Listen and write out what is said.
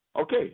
Okay